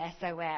SOS